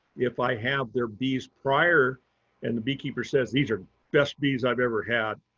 if i have their bees prior and the beekeeper says these are best bees i've ever had.